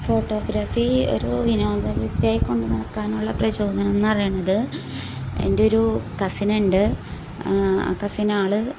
photography ഒരു വിനോദവിദ്യയായി കൊണ്ടുനടക്കാനുള്ള പ്രചോദനം എന്നു പറയണത് എൻ്റെ ഒരു കസിനുണ്ട് ആ കസിൻ ആൾ